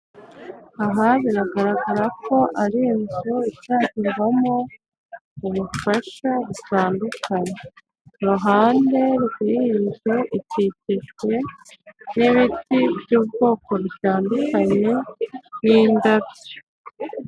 Aha biragaragara ko ari inzu itangirwamo ubufasha butandukanye, iruhane rw'iy'inzu ikikijwe n'ibiti by'ubwoko butandukanye n'indabyo.